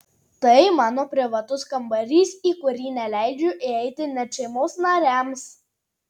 tai mano privatus kambarys į kurį neleidžiu įeiti net šeimos nariams